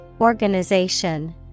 Organization